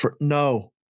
No